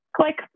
click